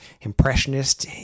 impressionist